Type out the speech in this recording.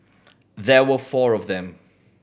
there were four of them